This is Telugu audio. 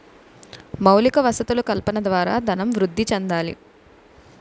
మౌలిక వసతులు కల్పన ద్వారా ధనం వృద్ధి చెందాలి